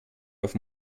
auf